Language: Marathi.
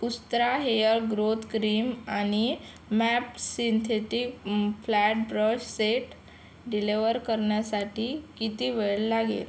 उस्त्रा हेअ ग्रोत क्रीम आणि map synthetic flat brush set deliver करण्यासाठी किती वेळ लागेल